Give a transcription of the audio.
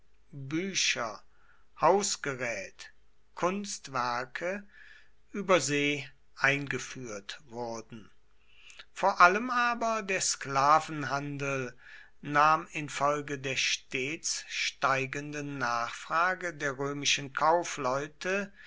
bücher hausgerät kunstwerke über see eingeführt wurden vor allem aber der sklavenhandel nahm infolge der stets steigenden nachfrage der römischen kaufleute